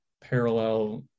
parallel